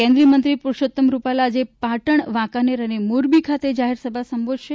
કેન્દ્રિય મંત્રી પરષોત્તમ રૂપાલા આજે પાટણ વાંકાનેર અને મોરબી ખાતે જાહેરસભા સંબોધશે